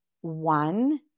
one